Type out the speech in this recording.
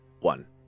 One